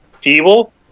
feeble